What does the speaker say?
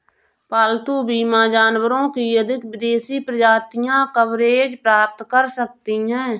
पालतू बीमा जानवरों की अधिक विदेशी प्रजातियां कवरेज प्राप्त कर सकती हैं